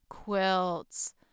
Quilts